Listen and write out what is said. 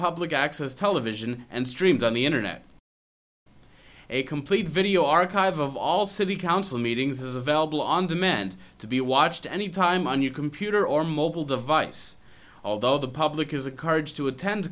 public access television and streamed on the internet a complete video archive of all city council meetings is available on demand to be watched any time on your computer or mobile device although the public has a courage to attend